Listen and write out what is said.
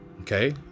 Okay